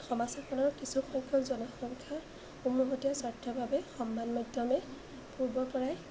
সমাজ সচেতন কিছুসংখ্য জনসংখ্যা উমৈহতীয়া স্বাৰ্থৰ বাবে সমবাদ মাধ্যমে পূৰ্বৰপৰাই